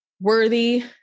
worthy